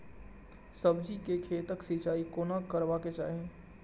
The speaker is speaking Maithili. सब्जी के खेतक सिंचाई कोना करबाक चाहि?